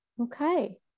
Okay